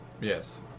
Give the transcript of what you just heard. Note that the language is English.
Yes